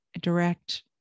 direct